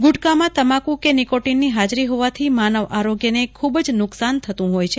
ગુટકામાં તમાકું કે નીકોટીનની હાજરી હોવાથી માનવ આરોગ્યને ખૂબ જ નુકશાન થતું હોય છે